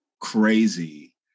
crazy